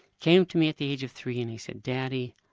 came to me at the age of three and he said, daddy,